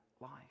life